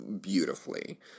beautifully